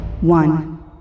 One